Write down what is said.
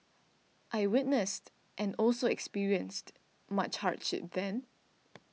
I witnessed and also experienced much hardship then